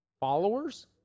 Followers